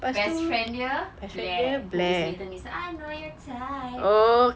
best friend dia blair who is leighton meester I know your type